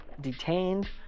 detained